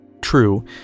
True